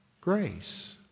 grace